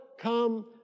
come